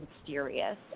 mysterious